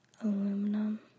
Aluminum